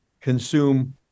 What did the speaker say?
consume